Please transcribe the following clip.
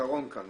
העיקרון כאן,